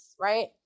right